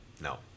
No